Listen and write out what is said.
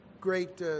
great